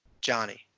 Johnny